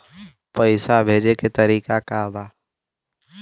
पैसा भेजे के तरीका का बा?